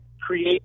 create